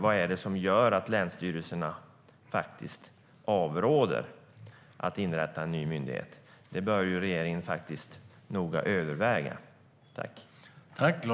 Vad är det som gör att länsstyrelserna faktiskt avråder från att inrätta en ny myndighet? Detta bör regeringen noga överväga.